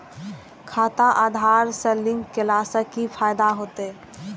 खाता आधार से लिंक केला से कि फायदा होयत?